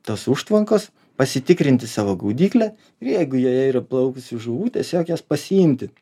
tos užtvankos pasitikrinti savo gaudyklę ir jeigu joje yra įplaukusių žuvų tiesiog jas pasiimti